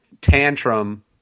tantrum